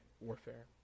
warfare